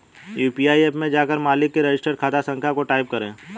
UPI app में जाकर मालिक के रजिस्टर्ड खाता संख्या को टाईप करें